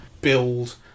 build